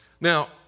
Now